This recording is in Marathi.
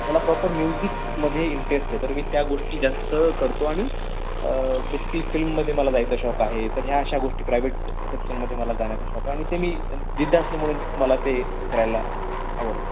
मला प्रॉपर म्युझिकमध्ये इंटरेस्ट आहे तर मी त्या गोष्टी जास्त करतो आणि बेसिकली फिल्ममधे मला जायचा शौक आहे तर ह्या अशा गोष्टी प्रायव्हेट सेक्शनमध्ये मला जाण्याचा शौक आहे आणि ते मी जिद्द असल्यामुळे मला ते करायला आवडतं